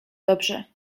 dobrze